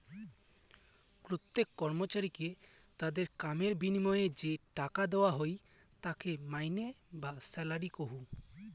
প্রত্যেক কর্মচারীকে তাদের কামের বিনিময়ে যে টাকা দেওয়া হই তাকে মাইনে বা স্যালারি কহু